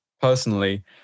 personally